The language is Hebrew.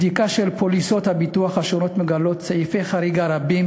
בדיקה של פוליסות הביטוח השונות מגלה סעיפי חריגה רבים